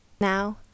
Now